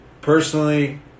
Personally